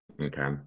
Okay